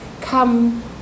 come